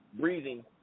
breathing